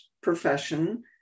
profession